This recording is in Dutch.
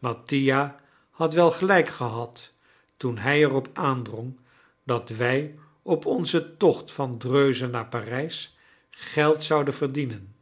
mattia had wel gelijk gehad toen hij erop aandrong dat wij op onzen tocht van dreuze naar parijs geld zouden verdienen